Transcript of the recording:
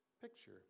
picture